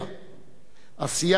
עשייה למען החברה,